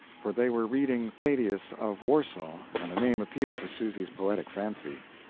for they were reading thaddeus of warsaw, and the name appealed to susy's poetic fancy.